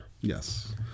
Yes